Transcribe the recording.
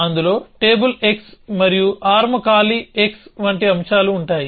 అందులో table x మరియు arm ఖాళీ x వంటి అంశాలు ఉంటాయి